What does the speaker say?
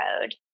road